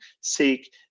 seek